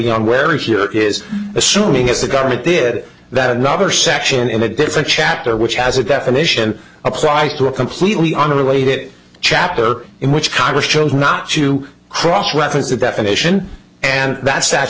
young where here is assuming as the government did that another section in a different chapter which has a definition applied to a completely unrelated chapter in which congress chose not to cross reference the definition and that's that